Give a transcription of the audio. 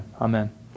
amen